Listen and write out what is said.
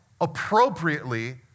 appropriately